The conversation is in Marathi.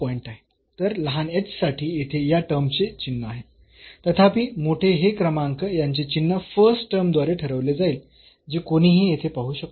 तर लहान h साठी येथे या टर्मचे चिन्ह आहे तथापि मोठे हे क्रमांक यांचे चिन्ह फर्स्ट टर्म द्वारे ठरवले जाईल जे कोणीही येथे पाहू शकतो